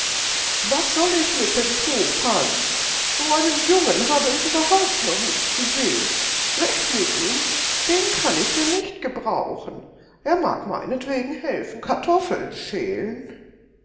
was soll ich mit dem popanz so einen jungen habe ich überhaupt noch nicht gesehen weg mit ihm den kann ich hier nicht gebrauchen er mag meinetwegen helfen kartoffeln schälen